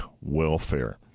welfare